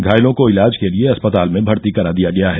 घायलों को इलाज के लिये अस्पताल में भर्ती करा दिया गया है